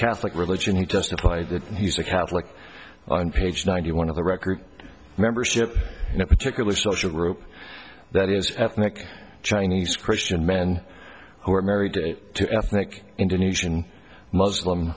catholic religion he doesn't apply that he's a catholic on page ninety one of the record membership in a particular social group that is ethnic chinese christian men who are married to ethnic indonesian muslim